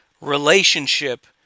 relationship